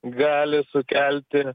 gali sukelti